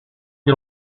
you